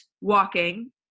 walking